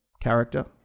character